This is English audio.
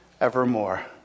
evermore